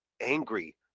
angry